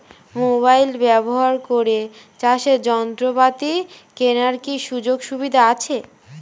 Mobile ব্যবহার করে চাষের যন্ত্রপাতি কেনার কি সুযোগ সুবিধা আছে?